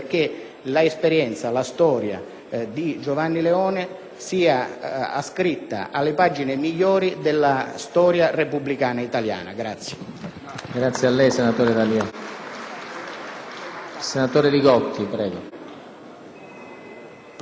la storia di Giovanni Leone sia ascritta alle pagine migliori della storia repubblicana italiana.